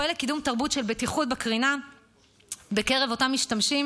פועל לקידום תרבות של בטיחות בקרינה בקרב אותם משתמשים